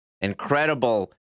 Incredible